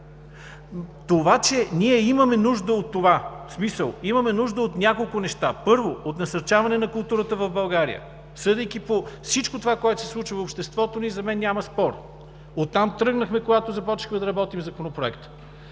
Това, че ние имаме нужда от това, в смисъл имаме нужда от няколко неща: първо, от насърчаване на културата в България, съдейки по всичко това, което се случва в обществото – за мен няма спор, оттам тръгнахме, когато започнахме да работим Законопроекта.